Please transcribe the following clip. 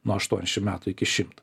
nuo aštuoniasdešimt metų iki šimto